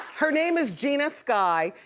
her name is genea sky,